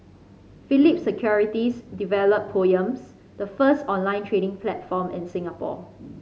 Phillip Securities developed Poems the first online trading platform in Singapore